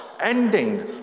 ending